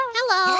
Hello